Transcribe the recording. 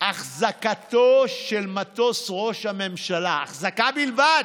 אחזקתו של מטוס ראש הממשלה, אחזקה בלבד,